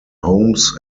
homes